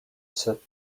sat